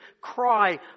cry